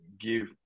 give